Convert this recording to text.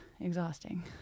exhausting